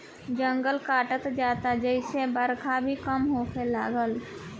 जंगल कटात जाता जेसे बरखा भी कम होखे लागल